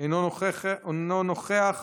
אינו נוכח,